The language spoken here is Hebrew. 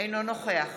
אינו נוכח